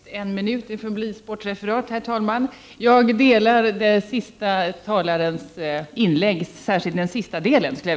Herr talman! Jag delar den uppfattning som framfördes i den senaste tala 16 november 1989 rens inlägg, särskilt den sista delen i det.